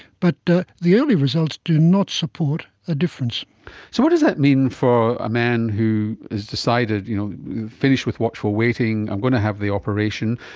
but the the early results do not support a difference. so what does that mean for a man who has decided, you know, i'm finished with watchful waiting, i'm going to have the operation'?